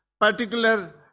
particular